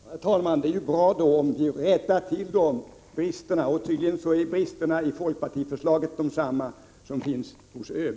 Herr talman! Då är det ju bra om vi rättar till de bristerna. Och tydligen är bristerna i folkpartiförslaget desamma som finns hos ÖB.